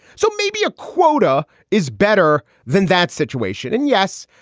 so maybe a quota is better than that situation. and yes,